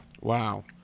Wow